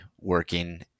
working